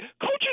Coaches